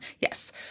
yes